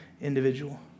individual